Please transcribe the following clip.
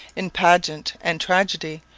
in pageant and tragedy,